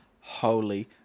holy